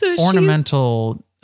ornamental